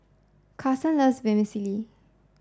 Carson loves Vermicelli